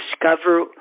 discover